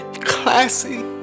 Classy